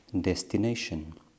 destination